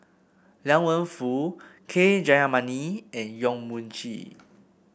Liang Wenfu K Jayamani and Yong Mun Chee